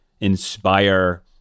inspire